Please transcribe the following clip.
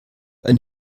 ein